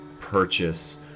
purchase